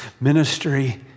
ministry